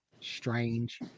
strange